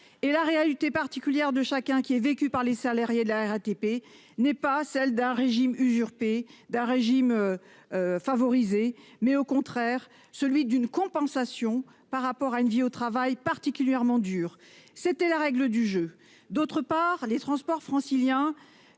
Or la réalité particulière de chacun, vécue par les salariés de la RATP, n'est pas celle d'un régime usurpé ou favorisé. C'est au contraire celui d'une compensation accordée pour une vie au travail particulièrement dure. C'était la règle du jeu. Par ailleurs, les transports franciliens-